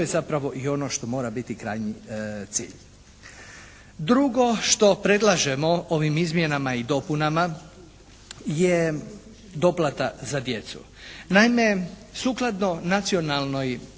to je zapravo i ono što mora biti krajnji cilj. Drugo što predlažemo ovim izmjenama i dopunama je doplata za djecu. Naime, sukladno Nacionalnoj